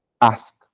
ask